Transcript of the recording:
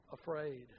afraid